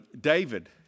David